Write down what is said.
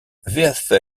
vfl